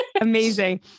Amazing